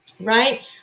right